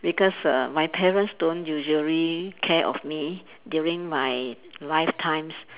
because err my parents don't usually care of me during my lifetimes